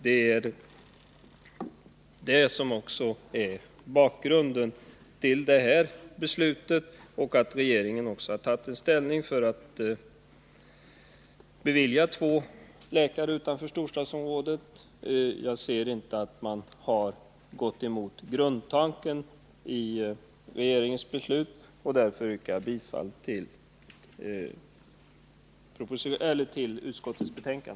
Detta är också bakgrunden till det här beslutet och till att regeringen har beviljat två läkare utanför storstadsområdena rätt att tillämpa högre arvode än läkarvårdstaxan. Jag ser inte att man därvid har gått emot grundtanken i riksdagens beslut och yrkar därför bifall till utskottets hemställan.